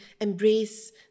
embrace